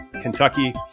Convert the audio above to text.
Kentucky